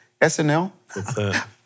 SNL